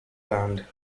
land